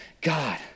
God